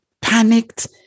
panicked